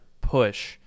push